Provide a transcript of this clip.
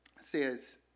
says